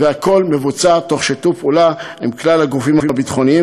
והכול מבוצע בשיתוף פעולה עם כלל הגופים הביטחוניים